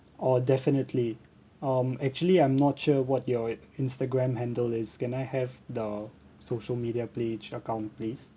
orh definitely um actually I'm not sure what your i~ Instagram handle is can I have the social media page account please